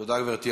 תודה, גברתי.